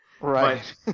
Right